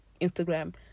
instagram